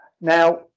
now